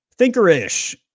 Thinkerish